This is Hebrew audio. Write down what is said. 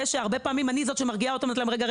הרבה פעמים אני זו שמרגיעה אותם ואומרת להם: רגע,